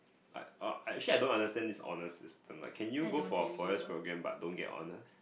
but orh actually I don't understand this honours system like can you go for a four years programme but don't get honours